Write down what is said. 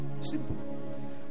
Simple